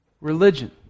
religion